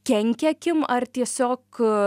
kenkia akim ar tiesiog